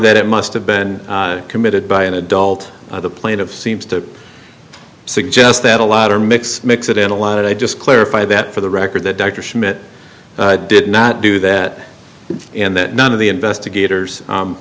that it must have been committed by an adult by the plain of seems to i suggest that a lot or mix mix it in a lot i just clarify that for the record the dr schmidt did not do that and that none of the investigators